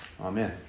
Amen